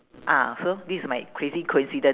ah so this is my crazy coincidence